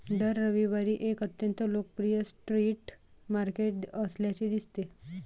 दर रविवारी एक अत्यंत लोकप्रिय स्ट्रीट मार्केट असल्याचे दिसते